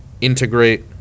integrate